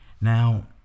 Now